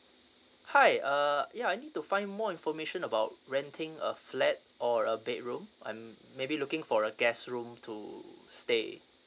hi uh ya I need to find more information about renting a flat or a bedroom um maybe looking for a guest room to stay